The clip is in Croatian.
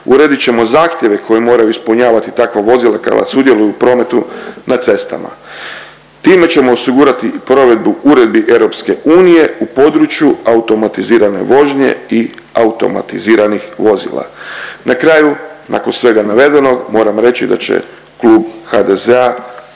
uredit ćemo zahtjeve koje moraju ispunjavati takva vozila kada sudjeluju u prometu na cestama. Time ćemo osigurati i provedbu uredbi EU u području automatizirane vožnje i automatiziranih vozila. Na kraju nakon svega navedenog moram reći da će klub HDZ-a